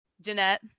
Jeanette